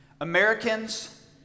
Americans